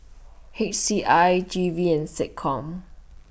H C I G V and Seccom